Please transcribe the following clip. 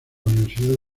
universidad